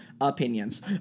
opinions